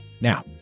Now